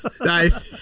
nice